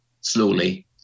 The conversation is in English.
slowly